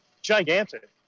gigantic